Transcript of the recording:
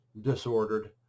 disordered